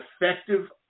effective